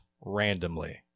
randomly